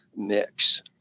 Mix